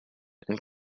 and